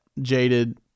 jaded